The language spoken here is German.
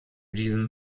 diesem